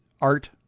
art